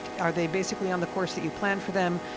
are they basically on the course that you planned for them,